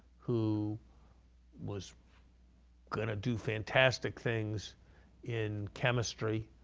who was going to do fantastic things in chemistry,